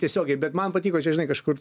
tiesiogiai bet man patiko čia žinai kažkur